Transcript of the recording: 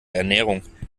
ernährung